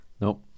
Nope